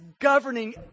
governing